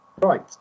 right